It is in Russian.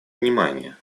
внимание